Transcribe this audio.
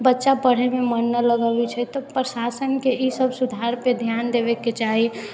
बच्चा पढ़यमे मन नहि लगाबै छै तऽ प्रशासनके ईसभ सुधारपर ध्यान देबयके चाही